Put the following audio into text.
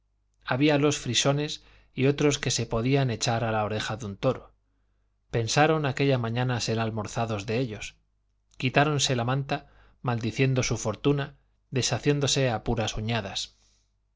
días habíalos frisones y otros que se podían echar a la oreja de un toro pensaron aquella mañana ser almorzados de ellos quitáronse la manta maldiciendo su fortuna deshaciéndose a puras uñadas